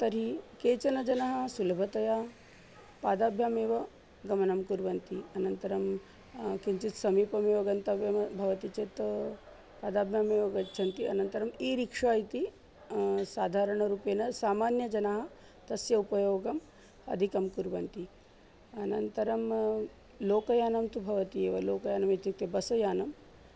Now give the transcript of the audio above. तर्हि केचन जनाः सुलभतया पादाभ्यामेव गमनं कुर्वन्ति अनन्तरं किञ्चित् समीपमेव गन्तव्यं भवति चेत् पादाभ्यामेव गच्छन्ति अनन्तरम् ई रिक्षा इति साधारणरूपेण सामान्यजनाः तस्य उपयोगम् अधिकं कुर्वन्ति अनन्तरं लोकयानं तु भवति एव लोकयानमित्युक्ते बसयानम्